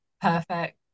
perfect